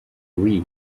wii